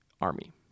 army